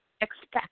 expect